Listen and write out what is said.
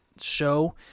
show